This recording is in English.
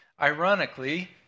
ironically